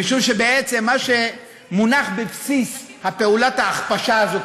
משום שבעצם מה שמונח בבסיס פעולת ההכפשה הזאת,